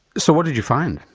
so what did you find?